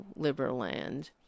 Liberland